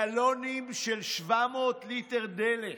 גלונים של 700 ליטר דלק,